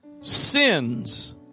sins